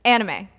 Anime